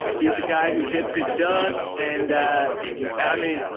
he is a guy who gets it done. and i mean,